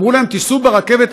אמרו להם: תיסעו ברכבת,